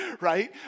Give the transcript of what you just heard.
right